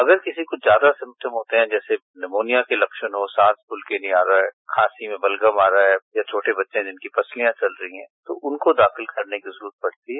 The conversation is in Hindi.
अगर किसी को ज्यादा सिम्टम होते है जैसे निमोनिया के लक्षण हो सांस खुलकर नहीं आ रहा है खांसी में बलगम आ रहा है या छोटे बच्चे है जिनकी पसलियां चल रही है तो उनको दाखिल करने की जरूरत पड़ती है